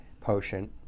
potion